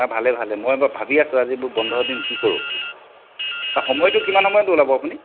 আ ভালে ভালে মই ভাবি আছোঁ আজি বোলো বন্ধৰ দিন কি কৰোঁ সময়টো কিমান সময়ত ওলাব আপুনি